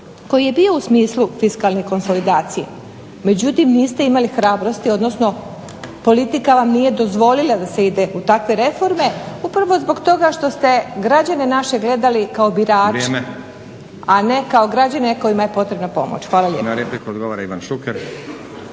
koji je bio u smislu fiskalne konsolidacije međutim niste imali hrabrosti odnosno politika vam nije dozvolila da se ide u takve reforme upravo zbog toga što ste građane naše gledali kao birače, a ne kao građane kojima je potrebna pomoć. Hvala lijepa.